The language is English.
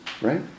Right